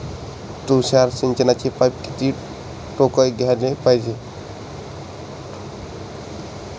तुषार सिंचनाचे पाइप किती ठोकळ घ्याले पायजे?